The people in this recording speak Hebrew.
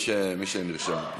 מי שנרשם.